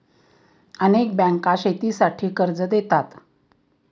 अनेक बँका शेतीसाठी कर्ज देतात